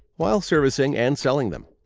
while servicing and selling them.